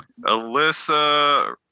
Alyssa